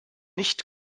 nicht